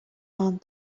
ann